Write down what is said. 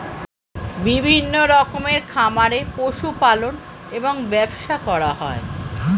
বিভিন্ন রকমের খামারে পশু পালন এবং ব্যবসা করা হয়